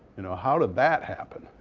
you know how did that happen?